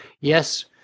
yes